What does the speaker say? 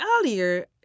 earlier